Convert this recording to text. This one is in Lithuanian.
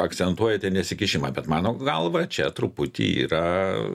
akcentuojate nesikišimą bet mano galva čia truputį yra